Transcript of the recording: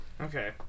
Okay